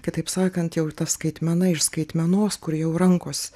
kitaip sakant jau ta skaitmena iš skaitmenos kur jau rankos